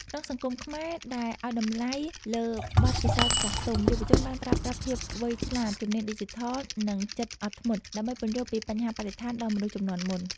ក្នុងសង្គមខ្មែរដែលឱ្យតម្លៃលើបទពិសោធន៍ចាស់ទុំ យុវជនបានប្រើប្រាស់ភាពវៃឆ្លាត ជំនាញឌីជីថល និងចិត្តអត់ធ្មត់ ដើម្បីពន្យល់ពីបញ្ហាបរិស្ថានដល់មនុស្សជំនាន់មុន។